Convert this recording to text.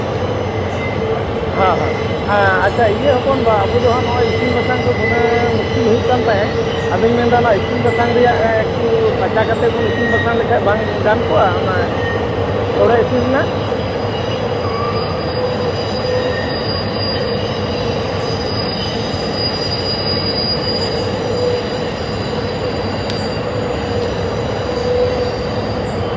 ᱦᱚᱸ ᱦᱚᱸ ᱟᱪᱪᱷᱟ ᱤᱭᱟᱹ ᱦᱚᱯᱚᱱᱵᱟ ᱟᱵᱚ ᱫᱚᱦᱟᱸᱜ ᱱᱚᱜᱼᱚᱭ ᱤᱥᱤᱱ ᱵᱟᱥᱟᱝ ᱫᱚ ᱫᱚᱢᱮ ᱢᱩᱥᱠᱤᱞ ᱦᱩᱭᱩᱜ ᱠᱟᱱ ᱛᱟᱦᱮᱸᱫ ᱟᱫᱚ ᱚᱱᱟ ᱤᱥᱤᱱ ᱵᱟᱥᱟᱝ ᱨᱮᱭᱟᱜ ᱮᱠᱴᱩ ᱯᱟᱸᱪᱟ ᱠᱟᱛᱮ ᱵᱚᱱ ᱤᱥᱤᱱ ᱵᱟᱥᱟᱝ ᱞᱮᱠᱷᱟᱱ ᱵᱟᱝ ᱜᱟᱱ ᱠᱚᱜᱼᱟ ᱚᱱᱟ ᱥᱚᱲᱮ ᱤᱥᱤᱱ ᱨᱮᱱᱟᱜ